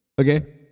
okay